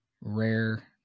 rare